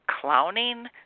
clowning